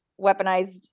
weaponized